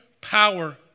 power